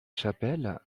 chapelle